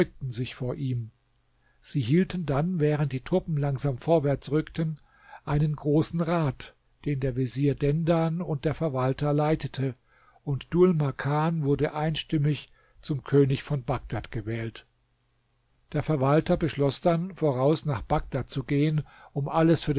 sich vor ihm sie hielten dann während die truppen langsam vorwärts rückten einen großen rat den der vezier dendan und der verwalter leitete und dhul makan wurde einstimmig zum könig von bagdad gewählt der verwalter beschloß dann voraus nach bagdad zu gehen um alles